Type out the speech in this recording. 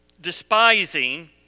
despising